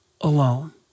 alone